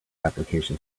application